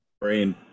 Brain